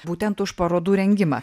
būtent už parodų rengimą